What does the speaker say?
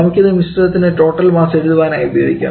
നമുക്കിത് മിശ്രിതത്തിൻറെ total mass എഴുതുവാനായി ഉപയോഗിക്കാം